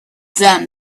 them